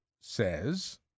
says